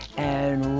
and